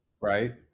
right